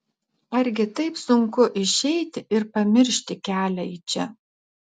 argi taip sunku išeiti ir pamiršti kelią į čia